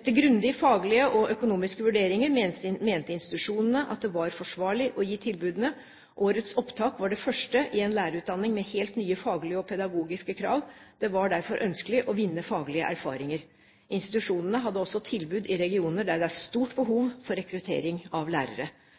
Etter grundige faglige og økonomiske vurderinger mente institusjonene at det var forsvarlig å gi tilbudene. Årets opptak var det første i en lærerutdanning med helt nye faglige og pedagogiske krav. Det var derfor ønskelig å vinne faglige erfaringer. Institusjonene hadde også tilbud i regioner der det er stort behov for rekruttering av lærere.